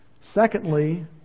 Secondly